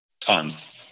Tons